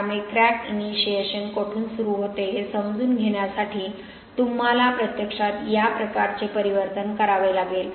त्यामुळे crack initiation कोठून सुरू होते हे समजून घेण्यासाठी तुम्हाला प्रत्यक्षात या प्रकारचे परिवर्तन करावे लागेल